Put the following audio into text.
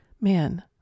man